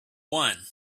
one